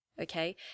Okay